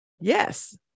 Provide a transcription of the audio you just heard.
Yes